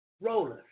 Rollers